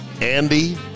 Andy